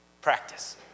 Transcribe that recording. Practice